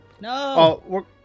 No